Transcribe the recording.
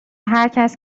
هرکس